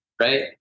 Right